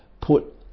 put